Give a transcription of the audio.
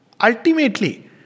ultimately